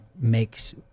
makes